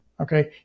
Okay